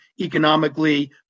economically